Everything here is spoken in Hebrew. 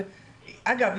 ואגב,